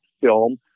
film